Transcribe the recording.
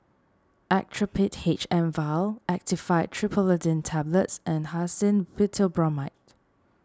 Actrapid H M vial Actifed Triprolidine Tablets and Hyoscine Butylbromide